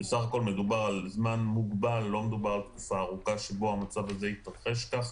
בסך הכול מדובר בזמן מוגבל לא על תקופה ארוכה שבה המצב הזה יתרחש כך,